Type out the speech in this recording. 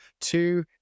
Two